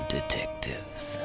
Detectives